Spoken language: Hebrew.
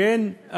"כן"